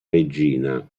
regina